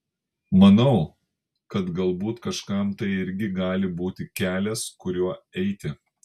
manau kad galbūt kažkam tai irgi gali būti kelias kuriuo eiti